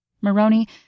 Maroney